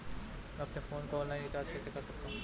मैं अपने फोन को ऑनलाइन रीचार्ज कैसे कर सकता हूं?